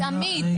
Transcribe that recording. תמיד.